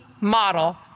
model